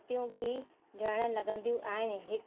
तियूं बि झड़णु लॻंदियूं आहिनि